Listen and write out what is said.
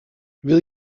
wil